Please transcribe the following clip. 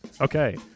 Okay